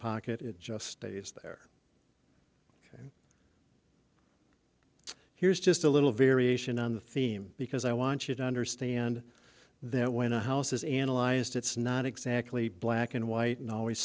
pocket it just stays there here's just a little variation on the theme because i want you to understand that when a house is analyzed it's not exactly black and white and always